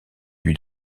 lui